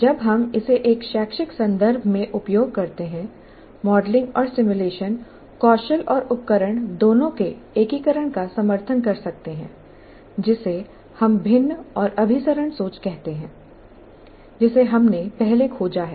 जब हम इसे एक शैक्षिक संदर्भ में उपयोग करते हैं मॉडलिंग और सिमुलेशन कौशल और उपकरण दोनों के एकीकरण का समर्थन कर सकते हैं जिसे हम भिन्न और अभिसरण सोच कहते हैं जिसे हमने पहले खोजा है